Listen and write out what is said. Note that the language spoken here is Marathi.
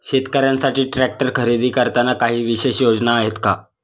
शेतकऱ्यांसाठी ट्रॅक्टर खरेदी करताना काही विशेष योजना आहेत का?